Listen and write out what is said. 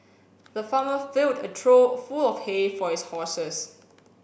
the farmer filled a trough full of hay for his horses